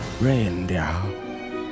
reindeer